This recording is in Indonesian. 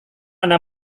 anda